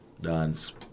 Dance